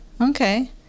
Okay